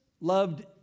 loved